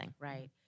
right